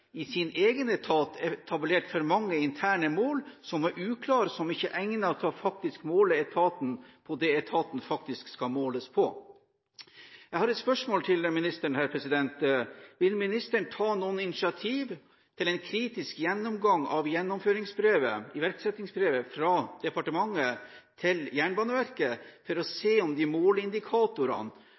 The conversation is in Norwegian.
i sin egen etat etablert for mange interne mål som er uklare, som ikke er egnet til å måle etaten på det etaten faktisk skal måles på? Jeg har et spørsmål til ministeren: Vil ministeren ta noen initiativ til en kritisk gjennomgang av gjennomføringsprøve, iverksettingsprøve, fra departementet til Jernbaneverket for å se om de